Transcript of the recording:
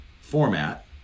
format